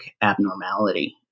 abnormality